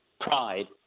pride